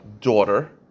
daughter